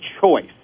choice